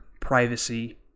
privacy